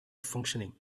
functioning